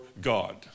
God